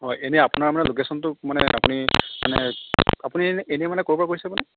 হয় এনেই আপোনাৰ মানে লো'কেচনটো মানে আপুনি মানে আপুনি এনে এনেই মানে ক'ৰ পৰা কৈছে মানে